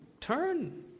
turn